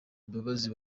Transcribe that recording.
imbabazi